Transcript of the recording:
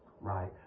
Right